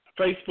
Facebook